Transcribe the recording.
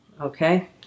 Okay